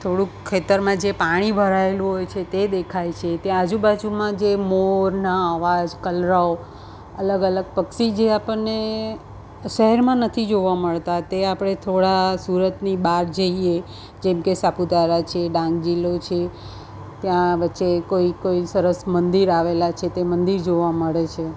થોડુંક ખેતરમાં જે પાણી ભરાએલું હોય છે તે દેખાય છે ત્યાં આજુબાજુમાં જે મોરના અવાજ કલરવ અલગ અલગ પક્ષી જે આપણને શહેરમાં નથી જોવા મળતા તે આપણે થોડા સુરતની બહાર જઈએ જેમ કે સાપુતારા છે ડાંગ જિલ્લો છે ત્યાં વચ્ચે કોઈ કોઈ સરસ મંદિર આવેલા છે તે મંદિર જોવા મળે છે